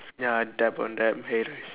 ya dab on them haters